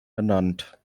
ernannt